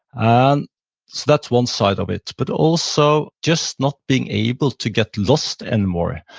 and so that's one side of it. but also, just not being able to get lost anymore.